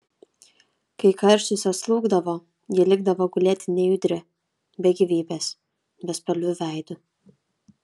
kai karštis atslūgdavo ji likdavo gulėti nejudri be gyvybės bespalviu veidu